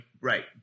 right